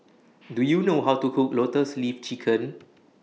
Do YOU know How to Cook Lotus Leaf Chicken